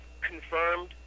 confirmed